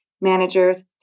managers